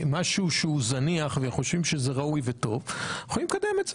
משהו שהוא זניח וחושבים שהוא ראוי וטוב יכולים לקבל את זה.